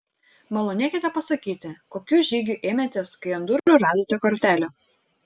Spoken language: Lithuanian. malonėkite pasakyti kokių žygių ėmėtės kai ant durų radote kortelę